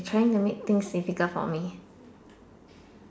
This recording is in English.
trying to make things difficult for me